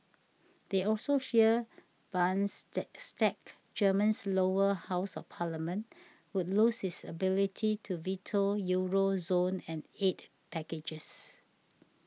they also fear bonds stay stack Germany's lower house of parliament would lose its ability to veto Euro zone and aid packages